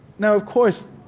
now of course,